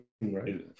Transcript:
right